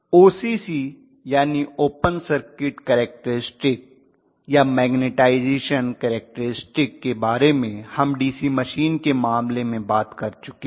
OCC यानी open circuit characteristic या magnetization characteristic के बारे में हम डीसी मशीन के मामले में बात कर चुके है